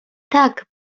tak